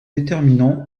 déterminant